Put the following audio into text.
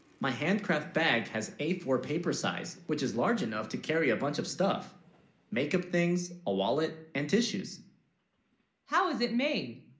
my handcraft, bag has a four paper size which is large enough to carry a bunch of stuff make up things a wallet and tissues how is it made?